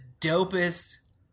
dopest